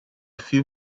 few